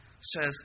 says